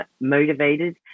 motivated